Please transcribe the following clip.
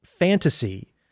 fantasy